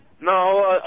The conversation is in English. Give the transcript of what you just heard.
No